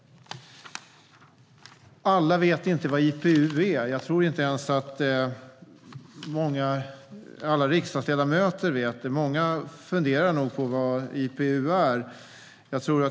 Alla vet inte vad IPU är. Jag tror inte ens att alla riksdagsledamöter vet. Många funderar nog över vad IPU är.